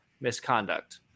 misconduct